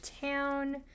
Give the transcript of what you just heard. town